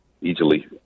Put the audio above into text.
easily